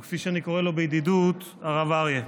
או כפי שאני קורא לו בידידות, הרב אריה.